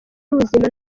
n’ubuzima